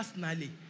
personally